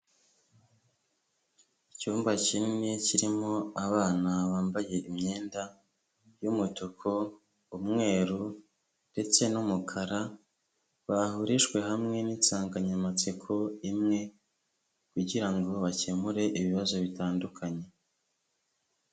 Icyumba kinini kirimo abana bambaye imyenda y'umutuku, umweru ndetse n'umukara, bahurijwe hamwe n'insanganyamatsiko imwe, kugirango bakemure ibibazo bitandukanye.